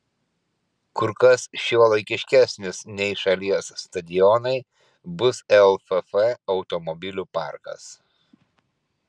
kur kas šiuolaikiškesnis nei šalies stadionai bus lff automobilių parkas